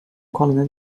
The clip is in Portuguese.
colina